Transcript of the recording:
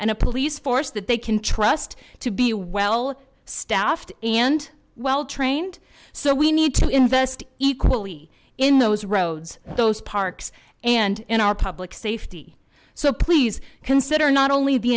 and a police force that they can trust to be well staffed and well trained so we need to invest equally in those roads those parks and in our public safety so please consider not only the